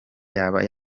yaba